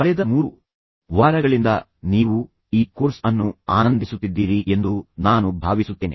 ಕಳೆದ 3 ವಾರಗಳಿಂದ ನೀವು ಈ ಕೋರ್ಸ್ ಅನ್ನು ಆನಂದಿಸುತ್ತಿದ್ದೀರಿ ಎಂದು ನಾನು ಭಾವಿಸುತ್ತೇನೆ